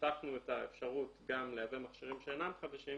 כשפתחנו את האפשרות גם לייבא מכשירים שאינם חדשים,